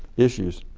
issues.